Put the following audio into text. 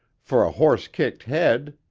for a horse-kicked head.